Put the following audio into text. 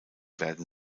werden